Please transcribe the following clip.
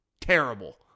terrible